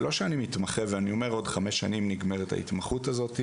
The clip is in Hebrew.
זה לא שאני מתמחה ואני אומר שעוד חמש שנים נגמרת ההתמחות הזאת,